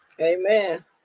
Amen